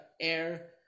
air